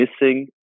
missing